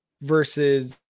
versus